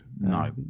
no